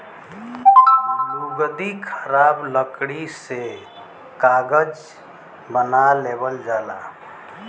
लुगदी खराब लकड़ी से कागज बना लेवल जाला